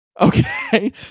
Okay